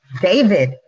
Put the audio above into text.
David